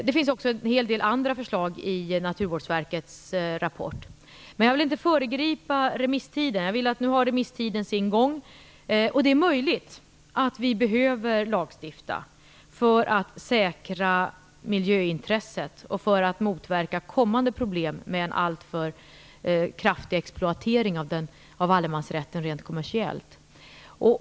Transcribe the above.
Det finns också en hel del andra förslag i Naturvårdsverkets rapport. Men jag vill inte föregripa remissen. Nu har remisstiden sin gång. Det är möjligt att vi behöver lagstifta för att säkra miljöintresset och motverka kommande problem med en alltför kraftig exploatering av allemansrätten rent kommersiellt.